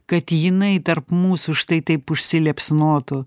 kad jinai tarp mūsų štai taip užsiliepsnotų